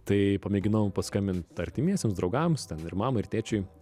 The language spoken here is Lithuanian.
tai pamėginau paskambint artimiesiems draugams ten ir mamai ir tėčiui